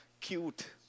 cute